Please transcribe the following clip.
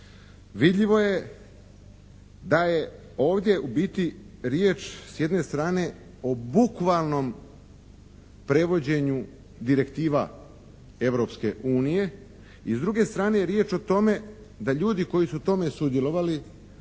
vidljivo je da je ovdje u biti riječ s jedne strane o bukvalnom prevođenju direktiva Europske unije, i s druge strane je riječ o tome da ljudi koji su u tome sudjelovali